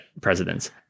presidents